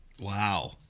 Wow